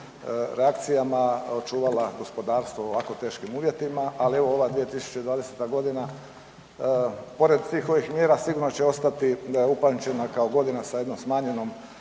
reakcijama očuvala gospodarstvo u ovako teškim uvjetima, ali evo, ova 2020. g. pored svih ovih mjera, sigurno će ostati upamćena kao godina sa jednom smanjenom